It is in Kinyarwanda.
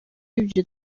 ibyo